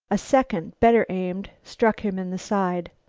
a second, better aimed, struck him in the side.